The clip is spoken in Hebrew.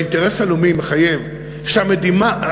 והאינטרס הלאומי מחייב שהמדינה,